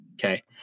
okay